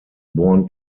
born